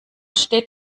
steht